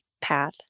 path